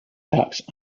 tax